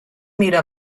mira